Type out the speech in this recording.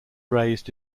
raised